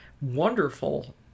wonderful